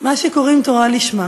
מה שקוראים תורה לשמה.